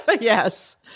Yes